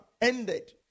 ended